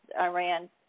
Iran